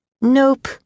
Nope